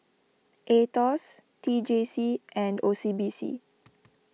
Aetos T J C and O C B C